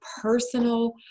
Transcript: personal